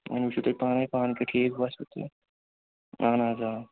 وۄنۍ وٕچھِو تُہۍ پانَے پانہٕ کیٛاہ ٹھیٖک باسیو تہٕ اہن حظ آ